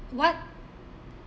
what